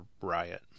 riot